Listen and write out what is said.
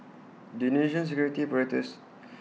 the Indonesian security apparatus